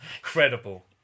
incredible